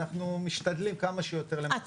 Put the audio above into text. אנחנו משתדלים כמה שיותר למצות את המקום.